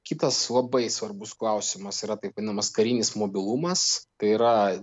kitas labai svarbus klausimas yra taip vadinamas karinis mobilumas tai yra